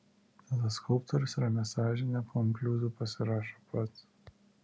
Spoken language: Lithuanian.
tada skulptorius ramia sąžine po inkliuzu pasirašo pats